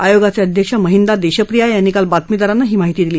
आयोगाचे अध्यक्ष महिंदा देशप्रिया यांनी काल बातमीदारांना ही माहिती दिली